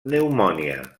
pneumònia